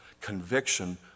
conviction